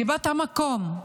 כבת המקום,